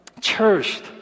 cherished